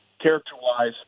character-wise